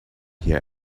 hear